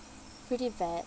pretty bad